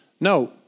No